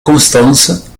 constance